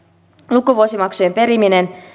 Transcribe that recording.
lukuvuosimaksujen periminen